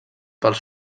pels